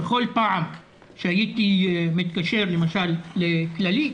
בכל פעם שהיתי מתקשר למשל לכללית,